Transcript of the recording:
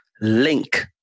link